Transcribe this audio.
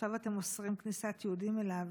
שעכשיו אתם אוסרים כניסת יהודים אליו,